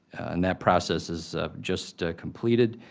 and that process is just completed.